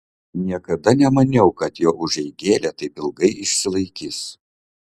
niekada nemaniau kad jo užeigėlė taip ilgai išsilaikys